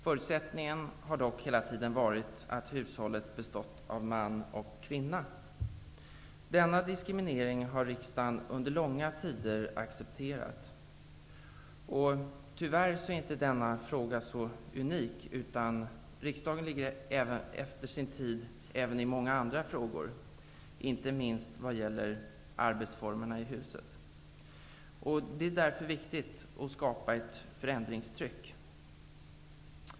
Förutsättningen har dock hela tiden varit att hushållet bestått av man och kvinna. Denna diskriminering har riksdagen under långa tider accepterat. Tyvärr är inte denna fråga unik, utan riksdagen ligger efter sin tid även i många andra frågor, inte minst vad gäller arbetsformerna i huset. Det är därför viktigt att skapa ett förändringstryck.